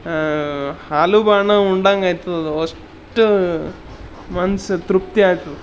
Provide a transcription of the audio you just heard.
ಹಾಲು ಬಾಣ ಉಂಡಂಗೆ ಆಯ್ತುದ ಅಷ್ಟು ಮನ್ಸು ತೃಪ್ತಿ ಆಯ್ತು